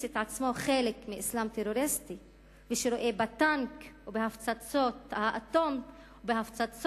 את עצמו חלק מאסלאם טרוריסטי ורואה בטנק או בהפצצות האטום והפצצות